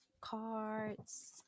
cards